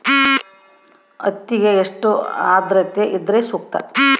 ಹತ್ತಿಗೆ ಎಷ್ಟು ಆದ್ರತೆ ಇದ್ರೆ ಸೂಕ್ತ?